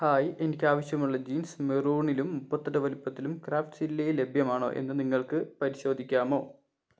hi എനിക്കാവശ്യമുള്ള jeans മെറൂണിലും മുപ്പത്തെട്ട് വലുപ്പത്തിലും ക്രാഫ്റ്റ്സ്വില്ലയിൽ ലഭ്യമാണോ എന്ന് നിങ്ങൾക്ക് പരിശോധിക്കാമോ